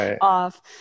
off